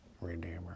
redeemer